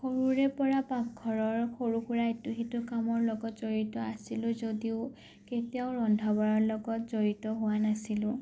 সৰুৰে পৰা পাকঘৰৰ সৰু সুৰা ইটো সিটো কামৰ লগত জড়িত আছিলোঁ যদিও কেতিয়াও ৰন্ধা বঢ়াৰ লগত জড়িত হোৱা নাছিলোঁ